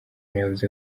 yavuze